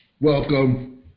Welcome